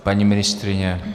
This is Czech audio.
Paní ministryně?